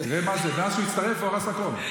תראה מה זה, מאז שהוא הצטרף הוא הרס הכול.